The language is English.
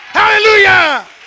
Hallelujah